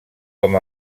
com